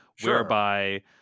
whereby